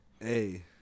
Hey